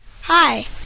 Hi